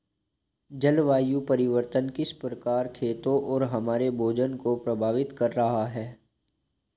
जलवायु परिवर्तन किस प्रकार खेतों और हमारे भोजन को प्रभावित कर रहा है?